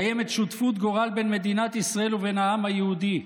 קיימת שותפות-גורל בין מדינת ישראל ובין העם היהודי.